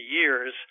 years